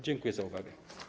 Dziękuję za uwagę.